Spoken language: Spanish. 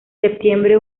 septiembre